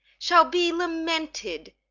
shall be lamented,